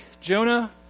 Jonah